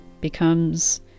becomes